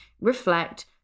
reflect